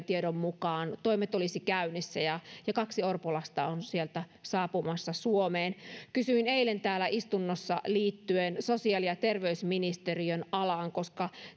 tiedon mukaan toimet olisivat käynnissä ja ja kaksi orpolasta on sieltä saapumassa suomeen kysyin eilen täällä istunnossa liittyen sosiaali ja terveysministeriön alaan koska